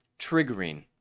triggering